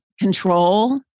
control